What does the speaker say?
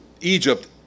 Egypt